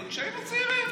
כשהיינו צעירים.